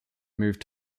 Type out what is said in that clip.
moved